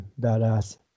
badass